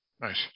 Nice